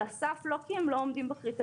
הסף לא כי הם לא עומדים בקריטריונים,